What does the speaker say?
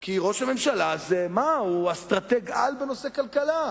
כי ראש הממשלה הזה הוא אסטרטג-על בנושא כלכלה.